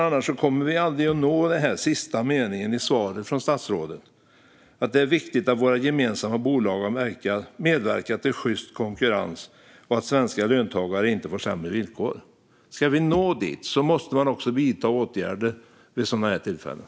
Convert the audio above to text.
Annars kommer vi aldrig att nå till det som sägs i sista meningen i statsrådets svar: "Det är viktigt att våra gemensamma bolag medverkar till sjyst konkurrens och att svenska löntagare inte får sämre villkor." Ska vi nå dit måste man vidta åtgärder vid sådana här tillfällen.